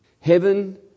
Heaven